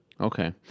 Okay